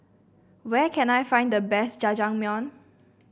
where can I find the best Jajangmyeon